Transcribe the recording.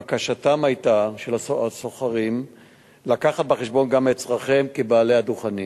בקשתם של הסוחרים היתה להביא בחשבון גם את צורכיהם כבעלי דוכנים.